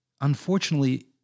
unfortunately